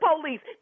Police